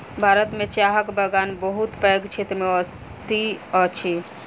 भारत में चाहक बगान बहुत पैघ क्षेत्र में स्थित अछि